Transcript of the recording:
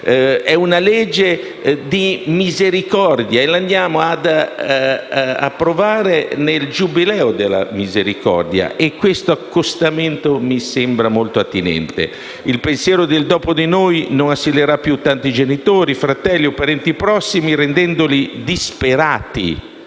È una legge di misericordia e la andiamo ad approvare nel Giubileo della Misericordia: questo accostamento mi sembra molto attinente. Il pensiero del "dopo di noi" non assillerà più tanti genitori, fratelli o parenti prossimi, rendendoli disperati,